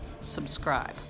subscribe